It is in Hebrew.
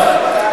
טוב.